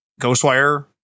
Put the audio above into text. Ghostwire